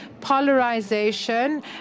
polarization